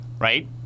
right